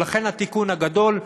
ולכן התיקון הגדול,